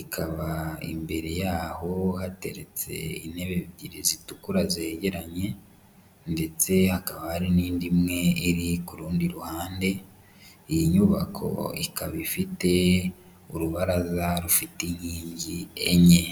ikaba imbere yaho hateretse intebe ebyiri zitukura zegeranye ndetse hakaba hari n'indi imwe iri ku rundi ruhande, iyi nyubako ikaba ifite urubaraza rufite inkingi enye.